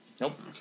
nope